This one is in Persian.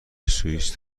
سوئیس